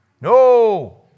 No